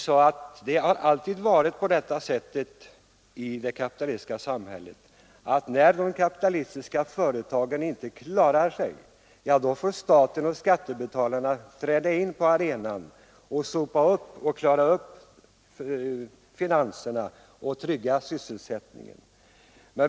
Jo, att det alltid har varit så i det kapitalistiska samhället att när de kapitalistiska företagen inte klarar sig får staten och skattebetalarna träda in på arenan och reda upp finanserna och trygga sysselsättningen.